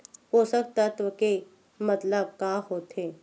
पोषक तत्व के मतलब का होथे?